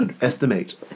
Estimate